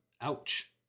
Ouch